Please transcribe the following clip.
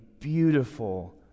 beautiful